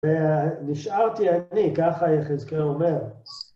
ונשארתי אני, ככה יחזקאל אומר.